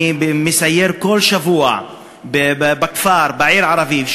אני מסייר בכל שבוע בכפר, בעיר הערבית.